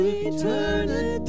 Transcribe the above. eternity